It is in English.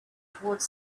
toward